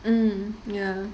mm ya